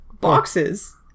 Boxes